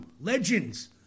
legends